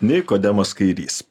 nikodemas kairys